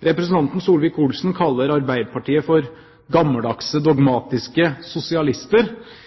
Representanten Solvik-Olsen kaller Arbeiderpartiet for gammeldagse, dogmatiske sosialister.